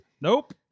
Nope